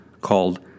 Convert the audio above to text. called